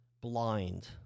blind